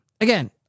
Again